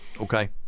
Okay